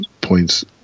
points